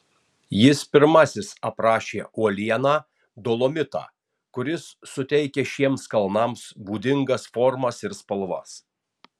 jis pirmasis aprašė uolieną dolomitą kuris suteikia šiems kalnams būdingas formas ir spalvas